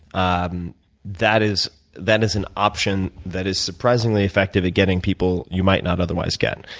um that is that is an option that is surprisingly effective at getting people you might not otherwise get.